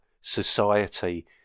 society